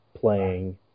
playing